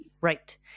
right